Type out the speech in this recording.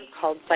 called